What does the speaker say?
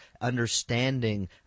understanding